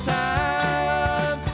time